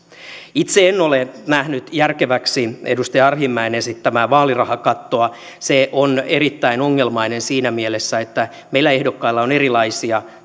itse en ole nähnyt järkeväksi edustaja arhinmäen esittämää vaalirahakattoa se on erittäin ongelmainen siinä mielessä että meillä ehdokkailla on erilaisia